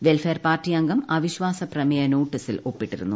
welfare party അംഗം അവിശ്വാസപ്രമേയ നോട്ടീസിൽ ഒപ്പിട്ടിരുന്നു